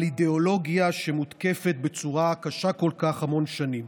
אידיאולוגיה שמותקפת בצורה קשה כל כך המון שנים.